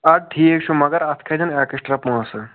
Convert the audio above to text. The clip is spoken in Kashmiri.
اَدٕ ٹھیٖک چھُ مَگر اَتھ کھٔسَن ایٚکٕسٹرا پۅنٛسہٕ